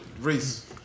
Reese